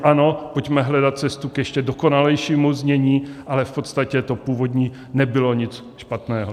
Ano, pojďme hledat cestu k ještě dokonalejšímu znění, ale v podstatě to původní nebylo nic špatného.